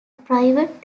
private